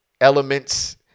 elements